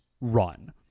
run